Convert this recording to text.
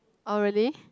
oh really